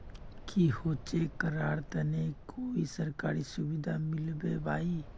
की होचे करार तने कोई सरकारी सुविधा मिलबे बाई?